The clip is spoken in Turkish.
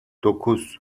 dokuz